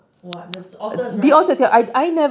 !wah! the otters right